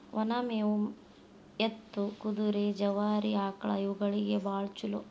ಒನ ಮೇವು ಎತ್ತು, ಕುದುರೆ, ಜವಾರಿ ಆಕ್ಳಾ ಇವುಗಳಿಗೆ ಬಾಳ ಚುಲೋ